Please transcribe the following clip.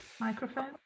Microphone